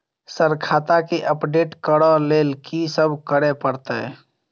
Sir खाता केँ update करऽ लेल की सब करै परतै?